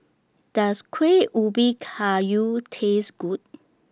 Does Kueh Ubi Kayu Taste Good